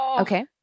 Okay